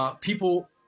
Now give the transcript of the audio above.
people